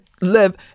live